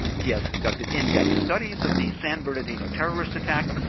he has conducted in-depth studies of the san bernardino terrorist attack,